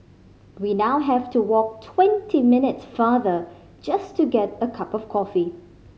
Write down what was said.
we now have to walk twenty minutes farther just to get a cup of coffee